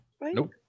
Nope